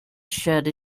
shed